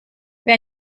wer